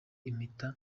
impeta